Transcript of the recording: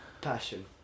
Passion